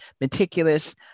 meticulous